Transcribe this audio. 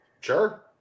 Sure